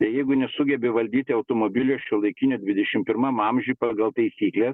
tai jeigu nesugebi valdyti automobilį šiuolaikinio dvidešim pirmam amžiuj pagal taisykles